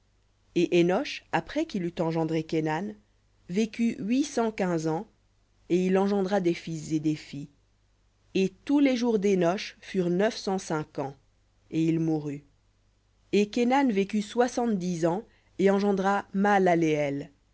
et énosh après qu'il eut engendré kénan vécut huit cent quinze ans et il engendra des fils et des filles et tous les jours d'énosh furent neuf cent cinq ans et il mourut et kénan vécut soixante-dix ans et engendra mahalaleël et